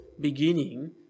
beginning